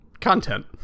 content